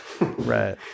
right